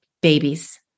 Babies